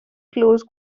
close